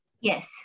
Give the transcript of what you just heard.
Yes